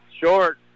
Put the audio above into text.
Short